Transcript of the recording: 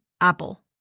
apple